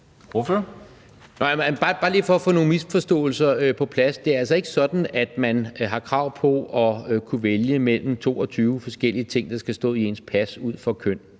(V): Bare lige for at få nogle misforståelser på plads vil jeg sige, at det altså ikke er sådan, at man har krav på at kunne vælge mellem 22 forskellige ting, der skal stå i ens pas ud fra køn